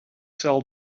sell